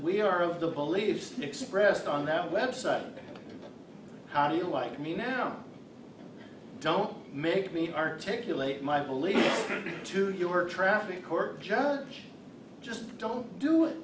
we are of the believes expressed on that website how do you like me now don't make me articulate my belief to do or traffic court judge just don't do it